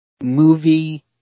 movie